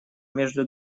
между